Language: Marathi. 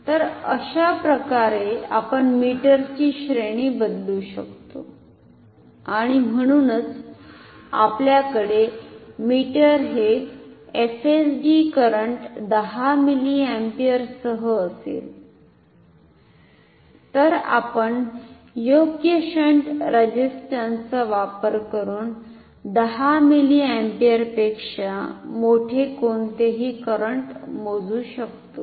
तर अशाप्रकारे आपण अमीटरची श्रेणी बदलू शकतो आणि म्हणूनच आपल्याकडे मीटर हे एफएसडी करंट 10 मिलीअॅपीयरसह असेल तर आपण योग्य शंट रेझिस्टन्सचा वापर करून 10 मिलीअम्पियरपेक्षा मोठे कोणतेही करंट मोजू शकतो